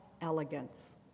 elegance